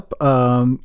up